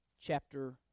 chapter